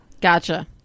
gotcha